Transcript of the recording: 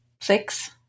six